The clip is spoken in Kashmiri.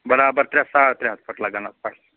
برابر ترٛےٚ ساڑ ترٛےٚ ہَتھ فُٹہٕ لَگَن اَتھ پَشَس